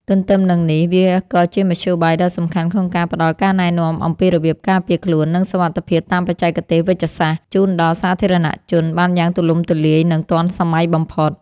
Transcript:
ទន្ទឹមនឹងនេះ វាក៏ជាមធ្យោបាយដ៏សំខាន់ក្នុងការផ្ដល់ការណែនាំអំពីរបៀបការពារខ្លួន និងសុវត្ថិភាពតាមបច្ចេកទេសវេជ្ជសាស្ត្រ ជូនដល់សាធារណជនបានយ៉ាងទូលំទូលាយ និងទាន់សម័យបំផុត។